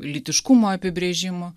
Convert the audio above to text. lytiškumo apibrėžimų